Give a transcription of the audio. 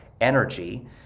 energy